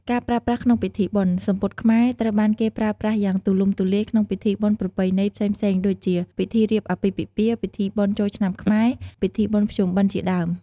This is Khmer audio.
ការប្រើប្រាស់ក្នុងពិធីបុណ្យ សំពត់ខ្មែរត្រូវបានគេប្រើប្រាស់យ៉ាងទូលំទូលាយក្នុងពិធីបុណ្យប្រពៃណីផ្សេងៗដូចជា ពិធីរៀបអាពាហ៍ពិពាហ៍ ពិធីបុណ្យចូលឆ្នាំខ្មែរ ពិធីបុណ្យភ្ជុំបិណ្ឌ ជាដើម។